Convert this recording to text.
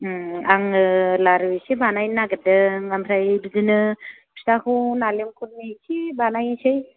आङो लारु एसे बानायनो नागिरदों ओमफ्राय बिदिनो फिथाखौ नारेंखलनि एसे बानायनिसै